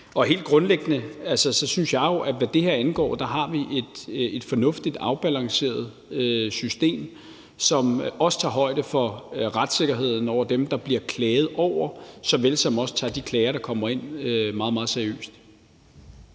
Helt grundlæggende synes jeg jo, at hvad det her angår, har vi et fornuftigt og afbalanceret system, som også tager højde for retssikkerheden for dem, der bliver klaget over, og som også tager de klager, der kommer ind, meget, meget